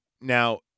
now